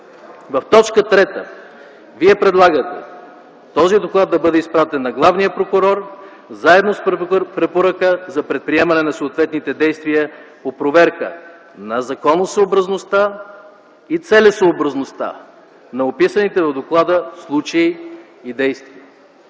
В т. 3 Вие предлагате този доклад да бъде изпратен на главния прокурор, заедно с препоръка за предприемане на съответните действия по проверка на законосъобразността и целесъобразността на описаните в доклада случаи и действия.